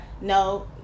No